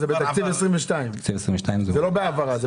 זה בתקציב 2022. זה לא בהעברה.